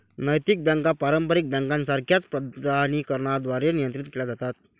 नैतिक बँका पारंपारिक बँकांसारख्याच प्राधिकरणांद्वारे नियंत्रित केल्या जातात